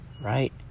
Right